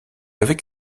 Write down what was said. avec